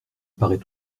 paraît